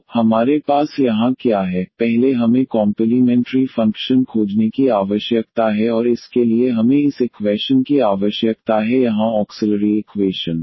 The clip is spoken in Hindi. तो हमारे पास यहां क्या है पहले हमें कॉम्पलीमेंट्री फंक्शन खोजने की आवश्यकता है और इसके लिए हमें इस इक्वैशन की आवश्यकता है यहां ऑक्सिलरी इक्वेशन